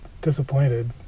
disappointed